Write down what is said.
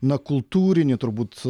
na kultūrinį turbūt